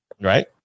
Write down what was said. right